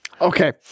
Okay